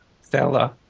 stella